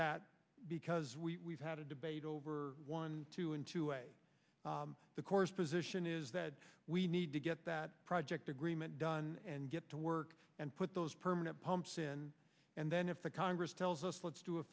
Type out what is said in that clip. that because we had a debate over one two into the course position is that we need to get that project agreement done and get to work and put those permanent pumps in and then if the congress tells us let's do a